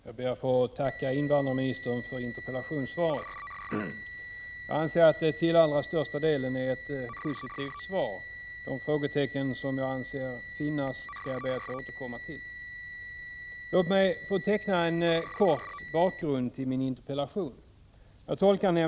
Fru talman! Jag ber att få tacka invandrarministern för interpellationssvaret. Det är ett till allra största delen positivt svar. De frågetecken som jag anser finns skall jag be att få återkomma till. Låt mig få teckna en kort bakgrund till min interpellation.